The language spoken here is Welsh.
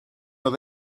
oedd